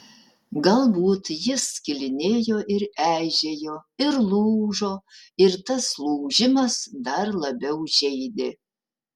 galbūt jis skilinėjo ir eižėjo ir lūžo ir tas lūžimas dar labiau žeidė